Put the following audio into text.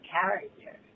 character